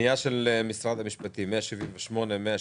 הפנייה של משרד המשפטים מס' 178, 186,